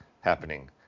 happening